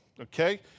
okay